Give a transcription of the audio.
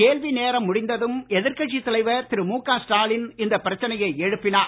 கேள்வி நேரம் முடிந்ததும் எதிர்கட்சித்தலைவர் திரு மு க ஸ்டாலின் இந்த பிரச்சனையை எழுப்பினார்